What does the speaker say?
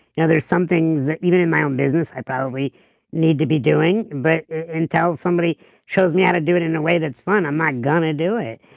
you know there's some things that even in my own business i probably need to be doing, but until somebody shows me how to do it in a way that's fun, i'm not going to do it.